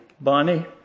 Bonnie